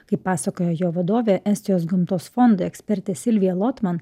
kaip pasakojo jo vadovė estijos gamtos fondo ekspertė silvija lotman